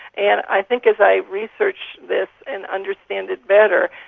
and i think as i've researched this and understand it better,